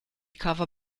cover